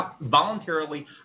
voluntarily